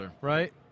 right